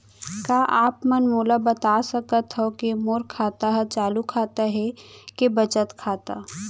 का आप मन मोला बता सकथव के मोर खाता ह चालू खाता ये के बचत खाता?